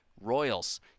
Royals